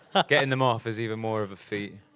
getting them off is even more of a feat.